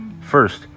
First